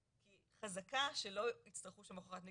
חזקה שלא יצטרכו שם הוכחת נגישות,